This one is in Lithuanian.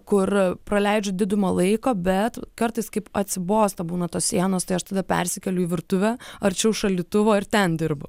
kur praleidžiu didumą laiko bet kartais kaip atsibosta būna tos sienos tai aš tada persikeliu į virtuvę arčiau šaldytuvo ir ten dirbu